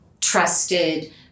trusted